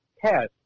test